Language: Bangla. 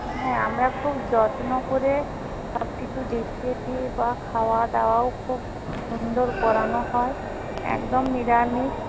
হ্যাঁ আমরা খুব যত্ন করে সব কিছু দেখিয়ে দিই বা খাওয়া দাওয়াও খুব সুন্দর করানো হয় একদম নিরামিষ